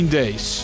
days